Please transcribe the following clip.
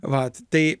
vat tai